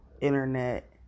internet